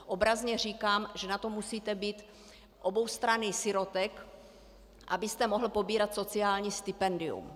Obrazně říkám, že na to musíte být oboustranný sirotek, abyste mohl pobírat sociální stipendium.